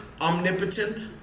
omnipotent